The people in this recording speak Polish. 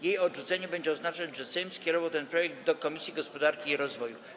Jej odrzucenie będzie oznaczać, że Sejm skierował ten projekt do Komisji Gospodarki i Rozwoju.